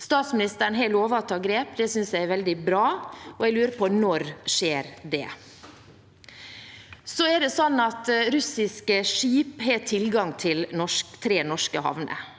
Statsministeren har lovet å ta grep. Det synes jeg er veldig bra, og jeg lurer på: Når skjer det? Russiske skip har tilgang til tre norske havner,